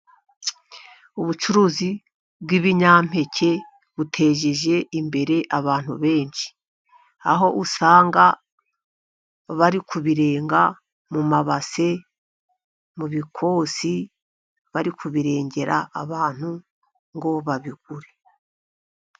Ubucuruzi bw'ibinyampeke buteje imbere abantu benshi, aho usanga bari kubirenga mu mabase, mu bikosi, bari kubirengera abantu ngo babigure.